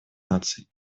наций